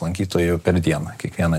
lankytojų per dieną kiekvieną